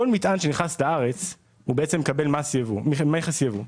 כל מטען שנכנס לארץ מקבל מכס ייבוא.